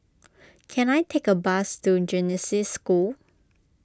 can I take a bus to Genesis School